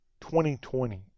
2020